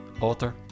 author